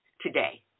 today